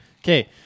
Okay